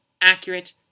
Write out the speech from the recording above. accurate